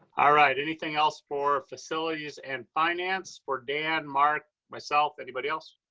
ah right, anything else for facilities and finance for dan, mark, myself, anybody else?